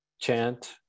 chant